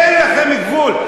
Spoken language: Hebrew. אין לכם גבול.